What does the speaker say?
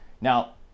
now